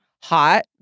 Hot